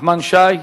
נחמן שי.